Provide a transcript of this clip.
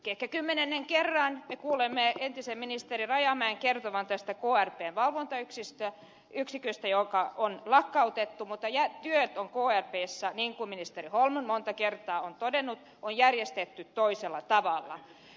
ehkä kymmenennen kerran me kuulemme entisen ministeri rajamäen kertovan tästä krpn valvontayksiköstä joka on lakkautettu mutta työt on krpssä niin kuin ministeri holmlund monta kertaa on todennut järjestetty toisella tavalla